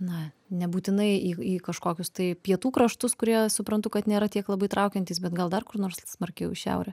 na nebūtinai į į kažkokius tai pietų kraštus kurie suprantu kad nėra tiek labai traukiantys bet gal dar kur nors smarkiau į šiaurę